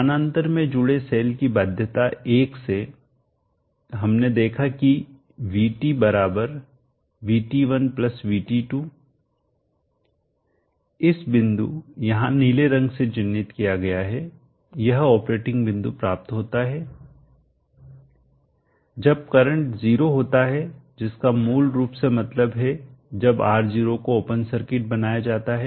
समानांतर में जुड़े सेल की बाध्यता 1 से हमने देखा कि VT VT1 VT2 इस बिंदु यहां नीले रंग से चिह्नित किया गया है यह ऑपरेटिंग बिंदु तब प्राप्त होता है जब करंट 0 होता है जिसका मूल रूप से मतलब है जब R0 को ओपन सर्किट बनाया जाता है